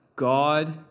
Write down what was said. God